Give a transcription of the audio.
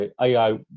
ai